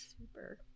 Super